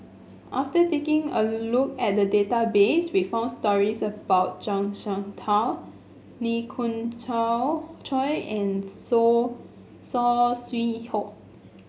after taking a look at the database we found stories about Zhuang Shengtao Lee Khoon Choy and So Saw Swee Hock